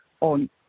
on